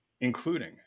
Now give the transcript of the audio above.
including